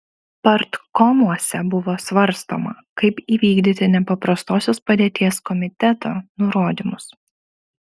partkomuose buvo svarstoma kaip įvykdyti nepaprastosios padėties komiteto nurodymus